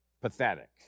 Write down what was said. pathetic